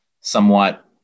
somewhat